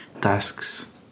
tasks